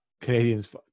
Canadians